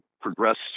progress